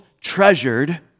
treasured